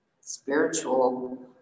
spiritual